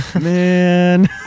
Man